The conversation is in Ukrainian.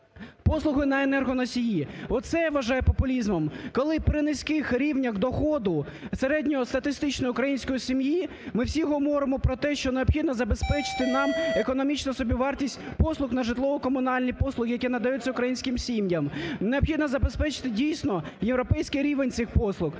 послуги на енергоносії, от це я вважаю популізмом, коли при низьких рівнях доходу середньої статистичної української сім'ї ми всі говоримо про те, що необхідно забезпечити нам економічну собівартість послуг на житлово-комунальні послуги, які надаються українським сім'ям, необхідно забезпечити, дійсно, європейський рівень цих послуг,